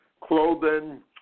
clothing